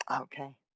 Okay